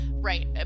right